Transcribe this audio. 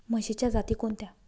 म्हशीच्या जाती कोणत्या?